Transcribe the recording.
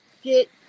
Get